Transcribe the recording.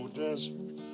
desert